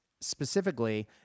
specifically